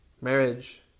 marriage